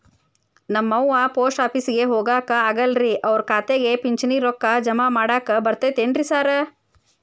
ನಮ್ ಅವ್ವ ಪೋಸ್ಟ್ ಆಫೇಸಿಗೆ ಹೋಗಾಕ ಆಗಲ್ರಿ ಅವ್ರ್ ಖಾತೆಗೆ ಪಿಂಚಣಿ ರೊಕ್ಕ ಜಮಾ ಮಾಡಾಕ ಬರ್ತಾದೇನ್ರಿ ಸಾರ್?